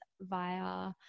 via